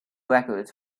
records